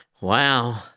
wow